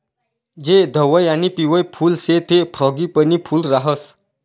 जे धवयं आणि पिवयं फुल शे ते फ्रॉगीपनी फूल राहास